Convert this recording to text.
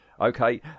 Okay